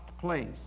place